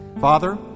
Father